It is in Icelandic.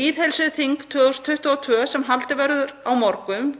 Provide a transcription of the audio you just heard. Lýðheilsuþing 2022 sem haldið verður á morgun